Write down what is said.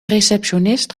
receptionist